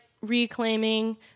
reclaiming